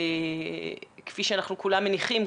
כפי שאנחנו כולנו מניחים,